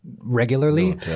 regularly